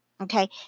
okay